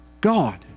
God